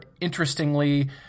Interestingly